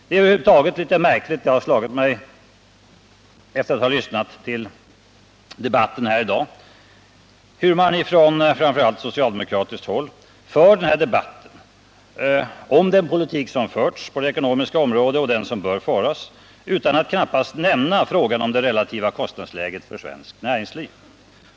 Det är över huvud taget litet märkligt — det har slagit mig efter det att jag lyssnat till debatten här i dag — hur man ifrån framför allt socialdemokratiskt håll för den här debatten om den politik som förts på det ekonomiska området, och den som bör föras, nästan utan att man nämner frågan om det relativa kostnadsläget för svenskt näringsliv.